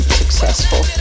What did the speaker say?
successful